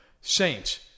Saints